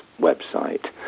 website